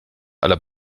aller